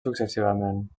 successivament